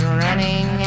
running